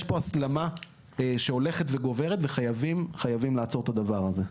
יש פה הסלמה שהולכת וגוברת וחייבים לעצור את הדבר הזה.